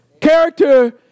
Character